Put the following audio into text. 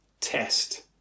test